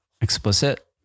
explicit